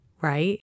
right